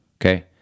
Okay